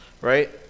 Right